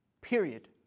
period